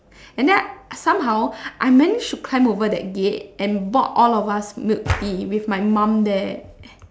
and then somehow I manage to climb over that gate and bought all of us milk tea with my mom there